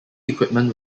equipment